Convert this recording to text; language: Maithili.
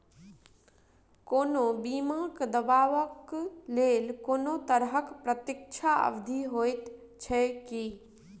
कोनो बीमा केँ दावाक लेल कोनों तरहक प्रतीक्षा अवधि होइत छैक की?